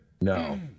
No